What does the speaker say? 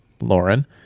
Lauren